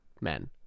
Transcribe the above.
Men